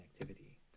activity